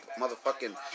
motherfucking